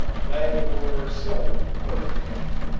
lead or silver, for example.